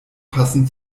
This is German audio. passen